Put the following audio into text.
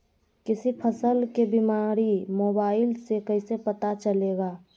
किसी फसल के बीमारी मोबाइल से कैसे पता चलेगा?